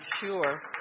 sure